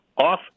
off